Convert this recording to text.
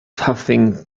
puffing